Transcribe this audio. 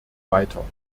weiter